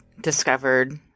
discovered